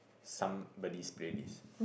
somebody's playlist